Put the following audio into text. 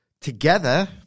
together